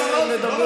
אני השמעתי ואמרתי.